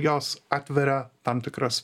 jos atveria tam tikras